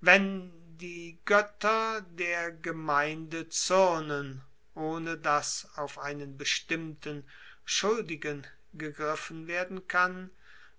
wenn die goetter der gemeinde zuernen ohne dass auf einen bestimmten schuldigen gegriffen werden kann